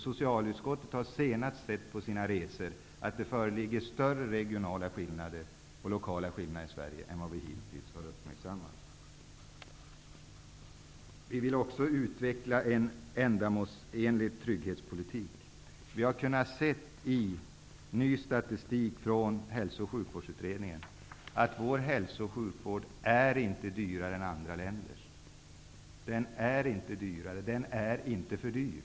Socialutskottet har under sina senaste resor sett att det föreligger större regionala och lokala skillnader i Sverige än vad som hittills uppmärksammats. Socialdemokraterna vill också utveckla en ändamålsenlig trygghetpolitik. Vi har kunnat se i ny statistik från Hälso och sjukvårdsutredningen att Sveriges hälso och sjukvård inte är dyrare än andra länders. Den är inte heller för dyr.